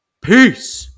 Peace